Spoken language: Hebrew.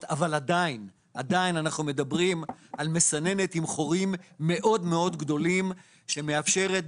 אבל עדיין אנחנו מדברים על מסננת עם חורים מאוד מאוד גדולים שמאפשרת,